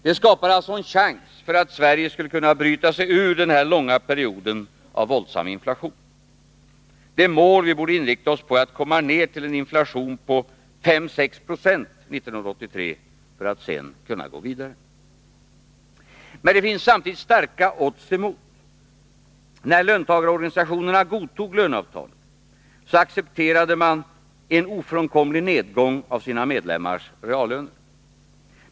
Det skapar alltså en chans för att Sverige skulle kunna bryta sig ur den här långa perioden av våldsam inflation. Det mål vi borde inrikta oss på är att komma ner till en inflation på 5-6 90 1983 för att sedan kunna gå vidare. Men det finns samtidigt starka odds emot. När löntagarorganisationerna godtog löneavtalet accepterade man en ofrånkomlig nedgång av sina medlemmars reallöner.